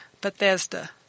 Bethesda